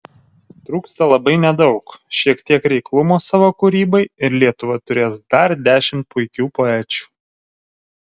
trūksta labai nedaug šiek tiek reiklumo savo kūrybai ir lietuva turės dar dešimt puikių poečių